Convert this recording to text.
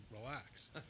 relax